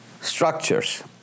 structures